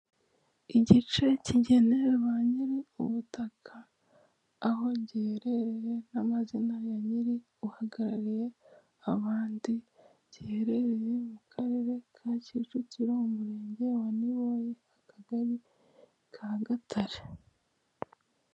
Igice kigenera ba nyiri ubutaka aho giherereye n'amazina ya nyiri uhagarariye abandi giherereye mu karere ka Kicukiro, umurenge wa Niboye, akagari ka Gatare.